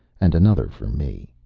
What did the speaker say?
and another for me.